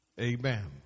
amen